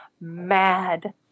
mad